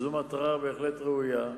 שהוא מטרה בהחלט ראויה.